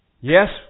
yes